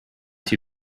too